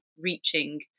reaching